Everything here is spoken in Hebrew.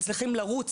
הם מצליחים לרוץ,